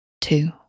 two